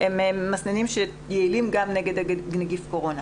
מבחינה כספית אין להם אפשרות להחזיק מרפאה קבועה.